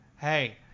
Hey